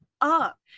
up